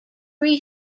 pre